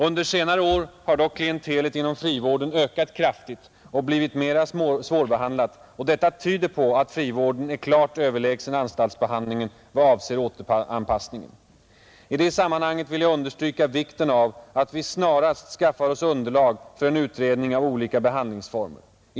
Under senare år har dock klientelet inom frivården ökat kraftigt och blivit alltmer svårbehandlat, och detta tyder på att frivården är klart överlägsen anstaltsbehandlingen vad avser återanpassningen. I det sammanhanget vill jag understryka vikten av att vi snarast skaffar oss underlag för en utredning av olika behandlingsformer.